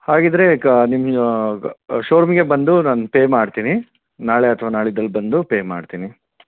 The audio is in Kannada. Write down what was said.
ಹಾಗಿದ್ದರೆ ಕ ನಿಮ್ಮ ಶೋ ರೂಮಿಗೆ ಬಂದು ನಾನು ಪೇ ಮಾಡ್ತೀನಿ ನಾಳೆ ಅಥವಾ ನಾಡಿದ್ರಲ್ಲಿ ಬಂದು ಪೇ ಮಾಡ್ತೀನಿ